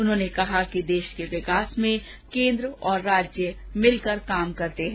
उन्होंने कहा कि देश के विकास में केंद्र और राज्य मिलकर काम करते हैं